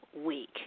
week